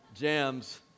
jams